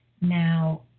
now